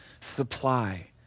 supply